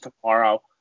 tomorrow